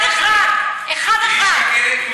כולם יקשיבו לך וידעו מה אתה אומר.